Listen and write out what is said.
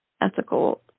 ethical